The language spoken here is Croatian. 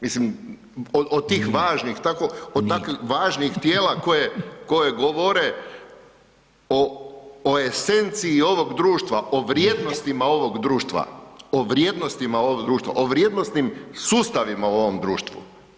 Mislim od tih važnih, od tako važnih tijela koje govore o esenciji ovog društva o vrijednostima ovog društva, o vrijednostima ovog društva, o vrijednosnim sustavima u ovom društvu.